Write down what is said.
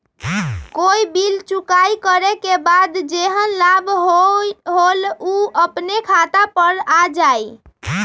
कोई बिल चुकाई करे के बाद जेहन लाभ होल उ अपने खाता पर आ जाई?